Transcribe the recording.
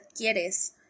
quieres